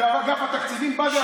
ואגף התקציבים בא וישב איתם.